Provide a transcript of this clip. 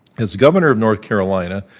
as governor of north carolina,